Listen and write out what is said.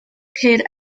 ceir